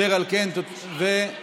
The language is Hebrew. ואת